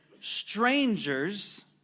strangers